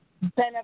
benefits